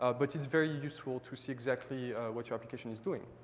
ah but it's very useful to see exactly what your application is doing.